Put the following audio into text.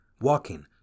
walking